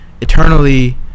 eternally